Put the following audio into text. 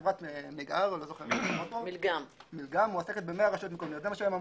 חברת מילגם מועסקת ב-100 רשויות מקומיות זה מה שהם אמרו.